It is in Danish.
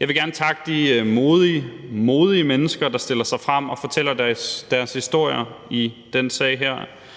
Jeg vil gerne takke de modige, modige mennesker, der stiller sig frem og fortæller deres historier i den her